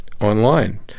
online